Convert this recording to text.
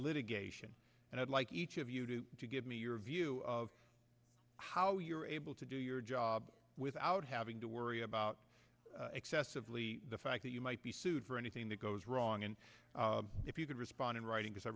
litigation and i'd like each of you to give me your view of how you're able to do your job without having to worry about excessively the fact that you might be sued for anything that goes wrong and if you could respond in writing